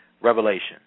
Revelation